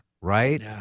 right